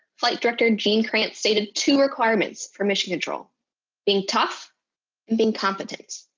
flight director gene kranz stated two requirements for mission control being tough and being competent.